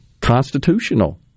constitutional